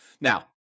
Now